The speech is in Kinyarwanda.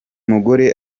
mugore